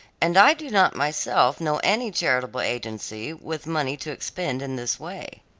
and i do not myself know any charitable agency with money to expend in this way.